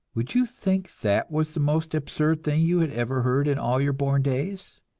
would you think that was the most absurd thing you had ever heard in all your born days?